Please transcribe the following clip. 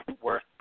worth